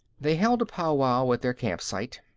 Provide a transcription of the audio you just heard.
they held a powwow at their camp site.